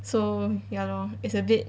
so ya lor it's a bit